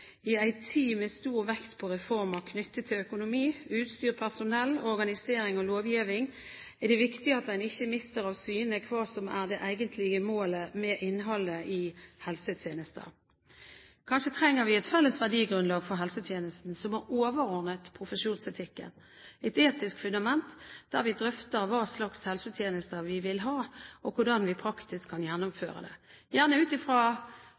ei tid med stor vekt på reformar knytte til økonomi, utstyr, personell, organisering og lovgjeving, er det viktig at ein ikkje mistar av syne kva som er det eigentlege målet med og innhaldet i helsetenesta.» Kanskje trenger vi et felles verdigrunnlag for helsetjenesten som er overordnet profesjonsetikken – et etisk fundament der vi drøfter hva slags helsetjenester vi vil ha og hvordan vi praktisk kan gjennomføre det, gjerne ut